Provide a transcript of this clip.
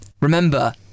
remember